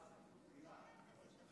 סליחה.